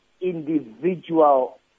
individual